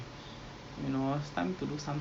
tak jadi lah gini